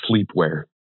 sleepwear